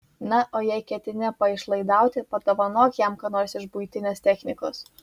na o jei ketini paišlaidauti padovanok jam ką nors iš buitinės technikos